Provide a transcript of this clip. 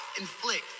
inflict